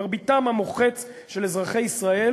מרביתם המוחצת של אזרחי ישראל